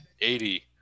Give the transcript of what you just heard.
Eighty